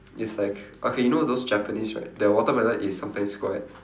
is like okay you know those japanese right their watermelon is sometimes square